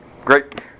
Great